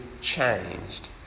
changed